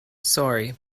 sorry